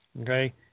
Okay